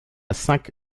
cinq